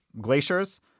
glaciers